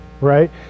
right